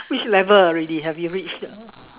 which level already have you reached